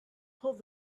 pulled